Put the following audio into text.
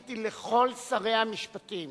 פניתי אל כל שרי המשפטים